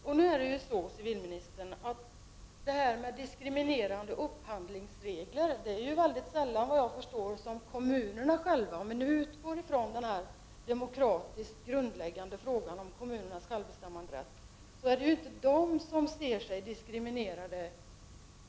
Och, civilministern, vad gäller den demokratiskt grundläggande frågan om kommunernas självbestämmanderätt är det ju inte kommunerna som ser sig diskriminerade.